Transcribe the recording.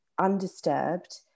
undisturbed